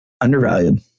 undervalued